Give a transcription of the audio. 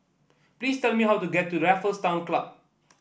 please tell me how to get to Raffles Town Club